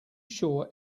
sure